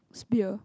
pier